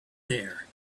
there